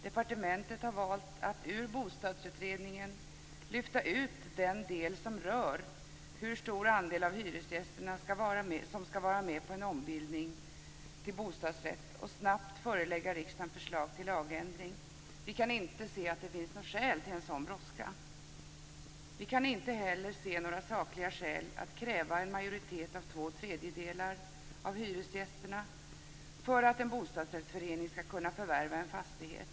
Departementet har valt att ur Bostadsutredningen lyfta ut den del som rör hur stor andel av hyresgästerna som skall vara med på en ombildning till bostadsrätt och snabbt förelägga riksdagen förslag till lagändring. Vi kan inte se att det finns skäl till en sådan brådska. Vi kan inte heller se några sakliga skäl att kräva en majoritet bestående av två tredjedelar av hyresgästerna för att en bostadsrättsförening skall kunna förvärva en fastighet.